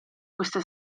queste